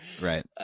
Right